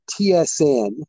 TSN